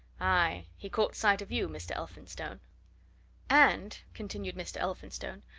aye he caught sight of you, mr. elphinstone and, continued mr. elphinstone,